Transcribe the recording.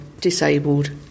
disabled